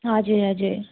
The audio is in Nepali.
हजुर हजुर